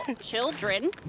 Children